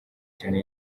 cyane